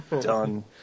Done